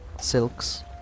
silks